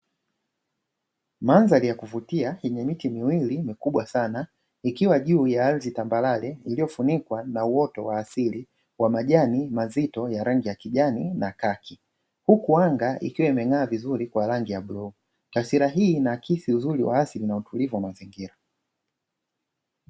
Mandhari ya kuvutia yenye miti miwili mikubwa sana, ikiwa juu ya ardhi tambarare iliyofunikwa na uoto wa asili wa majani mazito ya rangi ya kijani na kaki, huku anga ikiwa imeng'aa vizuri kwa rangi ya bluu. Taswira hii inaakisi uzuri wa asili na utulivu wa mazingira.